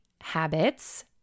habits